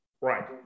Right